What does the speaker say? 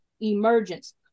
Emergence